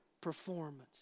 performance